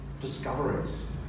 discoveries